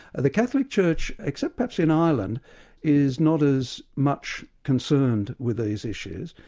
the catholic church, except perhaps in ireland is not as much concerned with these issues,